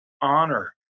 honor